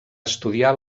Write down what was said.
estudiar